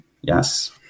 Yes